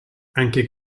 anche